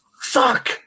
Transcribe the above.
suck